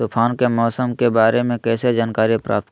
तूफान के मौसम के बारे में कैसे जानकारी प्राप्त करें?